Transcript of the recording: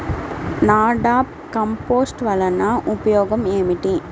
NADEP compost వలన ఉపయోగం ఏమిటి?